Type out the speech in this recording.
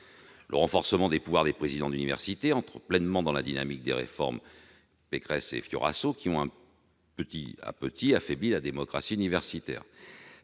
Le renforcement des pouvoirs des présidents d'université entre pleinement dans la dynamique des réformes Pécresse et Fioraso, qui ont petit à petit affaibli la démocratie universitaire.